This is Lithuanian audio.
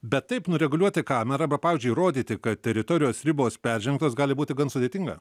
bet taip nureguliuoti kamerą pavyzdžiui įrodyti kad teritorijos ribos peržengtos gali būti gan sudėtinga